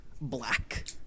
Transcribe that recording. Black